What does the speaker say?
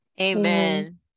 Amen